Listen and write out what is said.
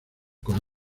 con